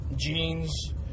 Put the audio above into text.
jeans